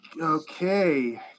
okay